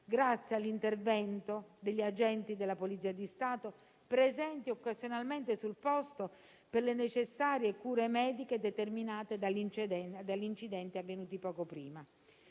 grazie all'intervento degli agenti della Polizia di Stato, presenti occasionalmente sul posto per le necessarie cure mediche determinate dall'incidente avvenuto poco prima.